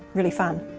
really fun.